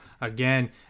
again